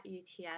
UTS